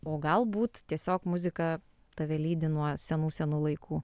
o galbūt tiesiog muzika tave lydi nuo senų senų laikų